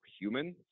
human